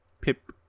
Pip